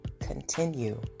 Continue